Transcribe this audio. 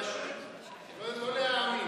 פשוט לא להאמין.